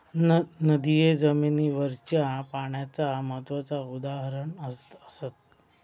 नदिये जमिनीवरच्या पाण्याचा महत्त्वाचा उदाहरण असत